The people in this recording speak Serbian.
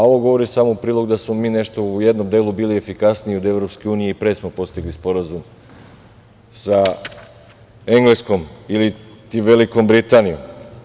Ovo govorim samo u prilog tome da smo mi nešto u jednom delu bili efikasniji od Evropske unije i pre smo postigli sporazum sa Engleskom iliti Velikom Britanijom.